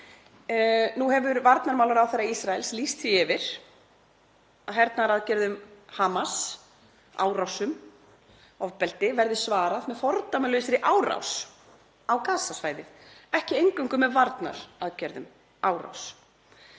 Nú hefur varnarmálaráðherra Ísraels lýst því yfir að hernaðaraðgerðum Hamas, árásum og ofbeldi verði svarað með fordæmalausri árás á Gaza-svæðið, ekki eingöngu með varnaraðgerðum